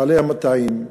בעלי המטעים,